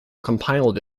compiled